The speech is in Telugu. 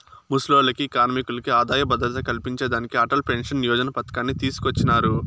ముసలోల్లకి, కార్మికులకి ఆదాయ భద్రత కల్పించేదానికి అటల్ పెన్సన్ యోజన పతకాన్ని తీసుకొచ్చినారు